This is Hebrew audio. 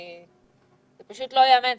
זה פשוט לא ייאמן.